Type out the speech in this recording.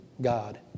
God